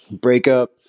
breakup